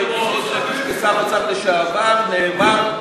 מקרה נאמר: